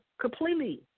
completely